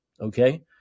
Okay